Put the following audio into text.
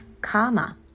karma